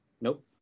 Nope